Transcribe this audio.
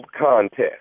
contest